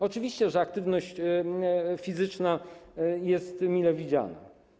Oczywiście, że aktywność fizyczna jest mile widziana.